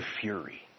fury